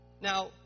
Now